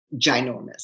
ginormous